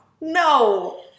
No